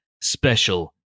special